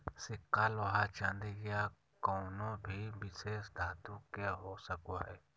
सिक्का लोहा चांदी या कउनो भी विशेष धातु के हो सको हय